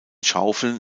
schaufeln